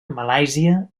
malàisia